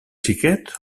xiquet